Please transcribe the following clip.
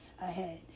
ahead